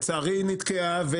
אבל לצערי היא נתקעה,